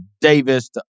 Davis